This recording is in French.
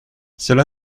cela